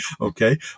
Okay